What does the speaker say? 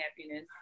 happiness